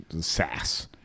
sass